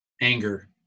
anger